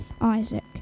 Isaac